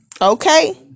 Okay